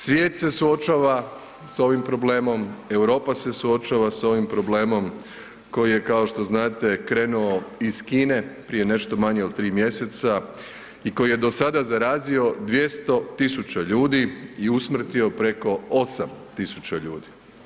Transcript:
Svijet se suočava s ovim problemom, Europa se suočava s ovim problemom koji je kao što znate krenuo iz Kine prije nešto manje od 3 mjeseca i koji je do sada zarazio 200.000 ljudi i usmrtio preko 8.000 ljudi.